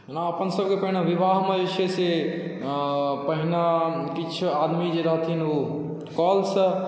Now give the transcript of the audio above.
ओना अपन सबके पहिने विवाहमे जे छै से पहिने किछु आदमी जे रहथिन ओ कलसँ